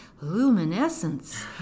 luminescence